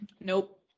nope